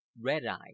red-eye